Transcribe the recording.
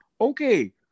Okay